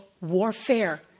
warfare